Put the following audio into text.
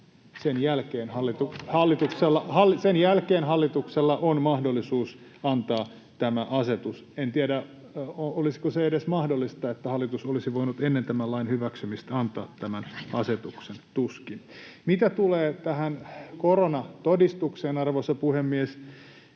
kokoomuksen ryhmästä] on mahdollisuus antaa tämä asetus. En tiedä, olisiko se edes mahdollista, että hallitus olisi voinut ennen tämän lain hyväksymistä antaa tämän asetuksen — tuskin. Mitä tulee tähän koronatodistukseen, arvoisa puhemies,